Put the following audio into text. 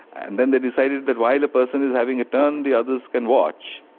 and then they decided that while a person is having a turn the others can watch.